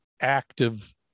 active